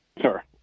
Sure